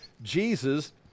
Jesus